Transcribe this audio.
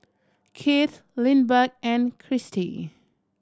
Kieth Lindbergh and Krystle